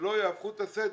ושלא יהפכו את הסדר.